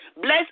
Bless